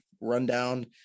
rundown